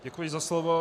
Děkuji za slovo.